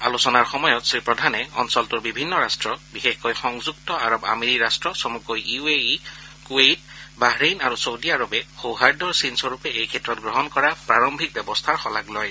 আলোচনাৰ সময়ত শ্ৰী প্ৰধানে অঞ্চলটোৰ বিভিন্ন ৰাট্ট বিশেষকৈ সযুক্ত আৰৱ আমিৰী ৰাষ্ট চমুকৈ ইউএই কুৱেইট বাহৰেইন আৰু ছৌদি আৰবে সৌহাৰ্দৰ চিন স্বৰূপে এই ক্ষেত্ৰত গ্ৰহণ কৰা প্ৰাৰম্ভিক ব্যৱস্থাৰ শলাগ লয়